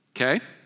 Okay